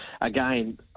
again